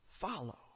follow